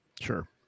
Sure